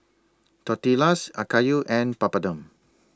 Tortillas Okayu and Papadum